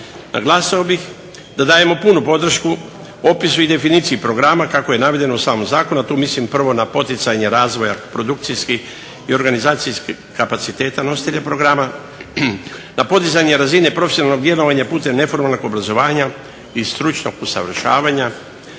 Naglasio bih da dajemo punu podršku opisu i definiciji programa kako je navedeno u samom zakonu a tu mislim prvo na poticanje razvoja produkcijskih i organizacijskih kapaciteta nositelja programa na podizanje razine profesionalnog djelovanje putem neformalnog obrazovanja i stručnog usavršavanja.